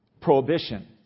prohibition